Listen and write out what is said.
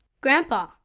Grandpa